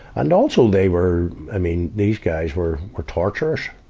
and also, they were, i mean, these guys were were torturers.